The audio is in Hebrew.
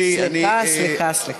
סליחה, סליחה, סליחה.